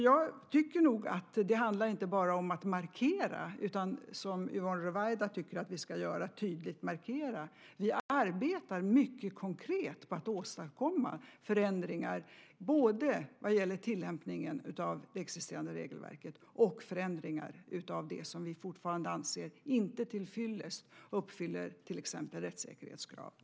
Jag tycker nog att det inte bara handlar om att tydligt markera, som Yvonne Ruwaida tycker att vi ska göra, utan vi arbetar mycket konkret på att åstadkomma förändringar både vad gäller tillämpningen av det existerande regelverket och förändringar av det som vi fortfarande anser inte tillräckligt uppfyller rättssäkerhetskraven.